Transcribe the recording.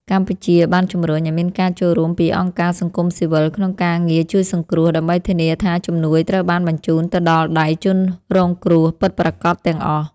កម្ពុជាបានជំរុញឱ្យមានការចូលរួមពីអង្គការសង្គមស៊ីវិលក្នុងការងារជួយសង្គ្រោះ ដើម្បីធានាថាជំនួយត្រូវបានបញ្ជូនទៅដល់ដៃជនរងគ្រោះពិតប្រាកដទាំងអស់។